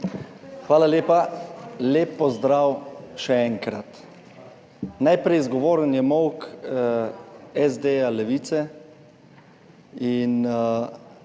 Hvala lepa. Lep pozdrav še enkrat! Najprej, zgovoren je molk SD, Levice. In